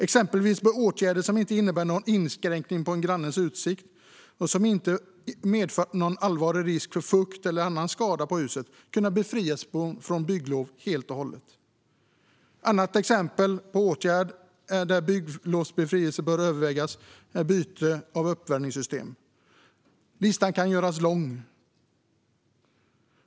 Exempelvis bör åtgärder som inte innebär någon inskränkning på en grannes utsikt, och som inte medför någon allvarlig risk för fukt eller annan skada på huset, kunna bygglovsbefrias helt och hållet. Ett annat exempel på åtgärd där bygglovsbefrielse bör övervägas är byte av uppvärmningssystem. Listan kan göras lång.